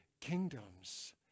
kingdoms